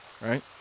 right